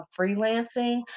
freelancing